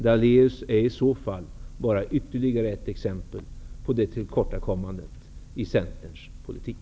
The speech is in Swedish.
Daléus är i så fall bara ytterligare ett exempel på det tillkortakommandet i Centerns politik.